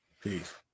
peace